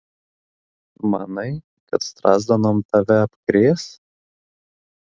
manai kad strazdanom tave apkrės